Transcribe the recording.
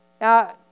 Now